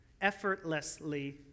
effortlessly